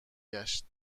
گشت